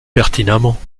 pertinemment